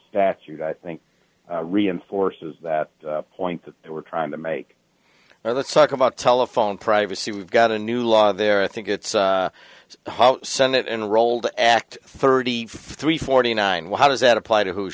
statute i think reinforces that point that they were trying to make the talk about telephone privacy we've got a new law there i think it's senate enrolled act thirty three forty nine well how does that apply to ho